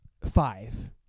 five